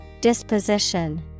Disposition